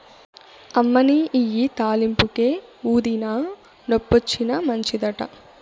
అమ్మనీ ఇయ్యి తాలింపుకే, ఊదినా, నొప్పొచ్చినా మంచిదట